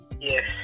Yes